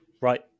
right